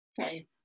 Okay